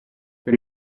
per